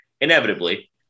inevitably